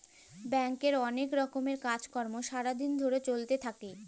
ব্যাংকে অলেক রকমের কাজ কর্ম সারা দিন ধরে চ্যলতে থাক্যে